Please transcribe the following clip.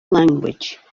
language